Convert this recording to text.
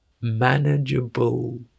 manageable